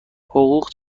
حقوق